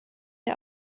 der